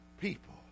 people